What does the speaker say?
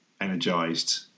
energized